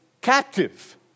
captive